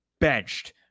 Benched